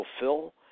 fulfill